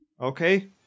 okay